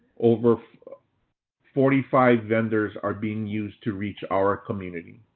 over forty five vendors are being used to reach our community.